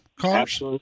cars